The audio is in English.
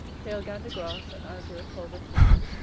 pale gander-grass, and azure culver-keys.